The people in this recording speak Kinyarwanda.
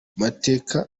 mateka